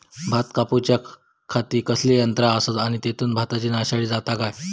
भात कापूच्या खाती कसले यांत्रा आसत आणि तेतुत भाताची नाशादी जाता काय?